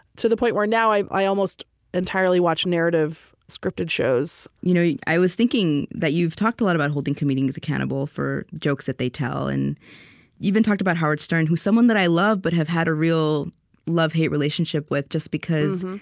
to the point where now i i almost entirely watch narrative, scripted shows you know i was thinking that you've talked a lot about holding comedians accountable for jokes that they tell, and you even talked about howard stern, who's someone that i love but have had a real love-hate relationship with, just because